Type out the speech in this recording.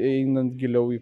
einant giliau į